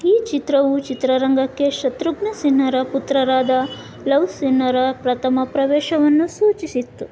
ಈ ಚಿತ್ರವು ಚಿತ್ರರಂಗಕ್ಕೆ ಶತ್ರುಘ್ನ ಸಿನ್ಹಾರ ಪುತ್ರರಾದ ಲವ ಸಿನ್ಹಾರ ಪ್ರಥಮ ಪ್ರವೇಶವನ್ನು ಸೂಚಿಸಿತ್ತು